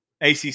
acc